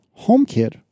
HomeKit